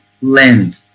lend